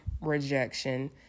rejection